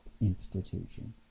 institution